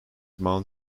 mount